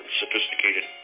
sophisticated